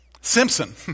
Simpson